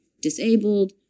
disabled